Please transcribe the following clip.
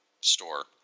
store